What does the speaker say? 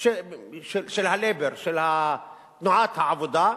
של ה"לייבור" של תנועת העבודה,